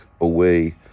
away